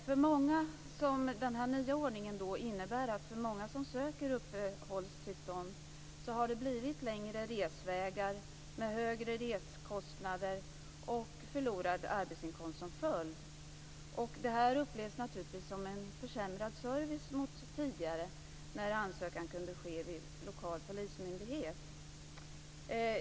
För många som söker uppehållstillstånd innebär den nya ordningen längre resvägar med högre reskostnader och förlorad arbetsinkomst som följd. Detta upplevs naturligtvis som en försämrad service jämfört med tidigare, då ansökan kunde ske vid lokal polismyndighet.